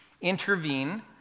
intervene